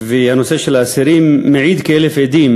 ובנושא האסירים, מעיד כאלף עדים